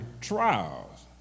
trials